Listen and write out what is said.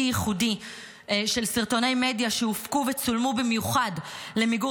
ייחודי של סרטוני מדיה שהופקו וצולמו במיוחד למיגור